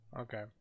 Okay